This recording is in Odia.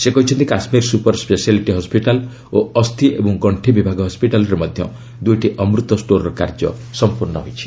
ସେ କହିଛନ୍ତି କାଶ୍ମୀର ସୂପର୍ ସ୍କେଶିଆଲିଟି ହସ୍କିଟାଲ ଓ ଅସ୍ଥି ଏବଂ ଗଶ୍ଚି ବିଭାଗ ହସ୍କିଟାଲରେ ମଧ୍ୟ ଦୁଇଟି ଅମୃତ ଷ୍ଟୋରର କାର୍ଯ୍ୟ ସଂପୂର୍ଣ୍ଣ ହୋଇଛି